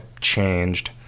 changed